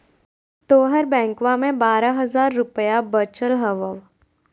तोहर बैंकवा मे बारह हज़ार रूपयवा वचल हवब